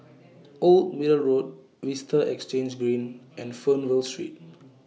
Old Middle Road Vista Exhange Green and Fernvale Street